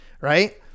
Right